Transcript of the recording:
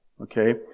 Okay